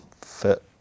fit